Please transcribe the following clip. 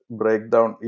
breakdown